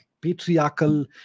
patriarchal